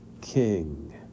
king